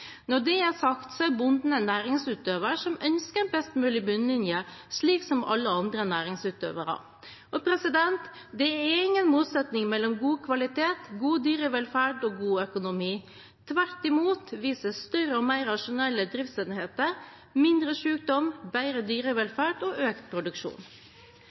Når det er sagt, er bonden en næringsutøver som ønsker en best mulig bunnlinje, slik som alle andre næringsutøvere. Det er ingen motsetning mellom god kvalitet, god dyrevelferd og god økonomi. Tvert imot viser større og mer rasjonelle driftsenheter mindre sykdom, bedre dyrevelferd og økt produksjon.